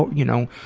you know.